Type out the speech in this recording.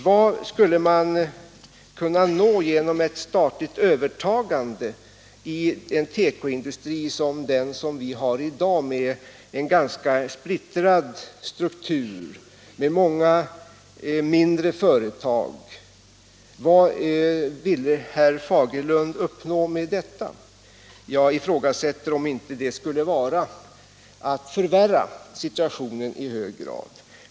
Vad skulle man kunna nå genom ett statligt övertagande i en tekoindustri - som den vi har i dag med en ganska splittrad struktur och med många mindre företag? Vad vill herr Fagerlund uppnå med detta? Jag ifrågasätter om inte det skulle vara att i hög grad förvärra situationen.